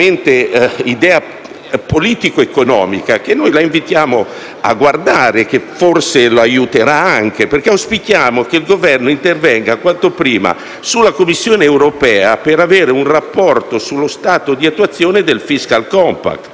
idea politico economica che la invitiamo a leggere e che forse potrebbe essere d'aiuto. Noi auspichiamo che il Governo intervenga quanto prima sulla Commissione europea per avere un rapporto sullo stato di attuazione del *fiscal compact*.